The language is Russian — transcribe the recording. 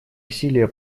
усилия